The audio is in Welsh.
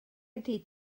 ydy